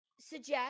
suggest